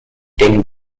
ding